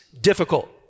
difficult